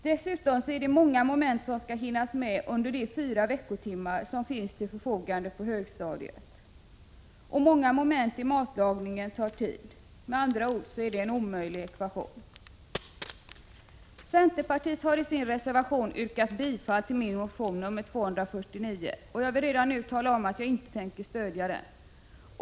Det är dessutom många moment som skall hinnas med under de fyra veckotimmar som står till förfogande på högstadiet, och många moment i matlagningen tar lång tid. Detta är en omöjlig ekvation. Centerpartiet har i sin reservation yrkat bifall till min motion Ub249. Jag vill redan nu tala om att jag inte tänker stödja den.